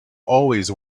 always